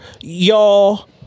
Y'all